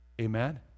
Amen